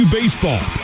Baseball